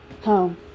home